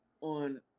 on